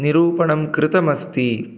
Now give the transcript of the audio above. निरूपणं कृतमस्ति